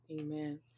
Amen